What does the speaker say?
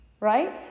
Right